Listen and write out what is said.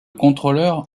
contrôleur